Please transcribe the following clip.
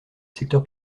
secteur